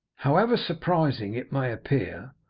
however surprising it may appear,